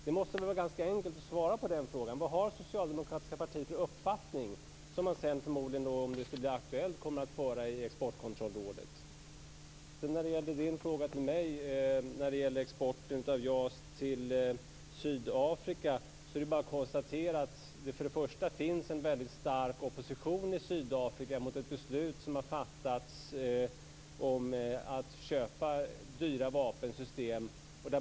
Det måste vara enkelt att svara på den frågan. Vad har socialdemokratiska partiet för uppfattning, som man när det blir aktuellt kommer att föra i Exportkontrollrådet? Sedan var det Urban Ahlins fråga till mig om export av JAS till Sydafrika. Det finns först och främst en stark opposition i Sydafrika mot ett beslut som har fattats om att köpa dyra vapensystem.